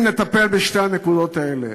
אם נטפל בשתי הנקודות האלה,